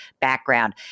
background